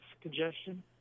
congestion